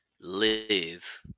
live